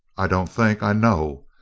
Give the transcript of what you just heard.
i don't think. i know!